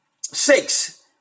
six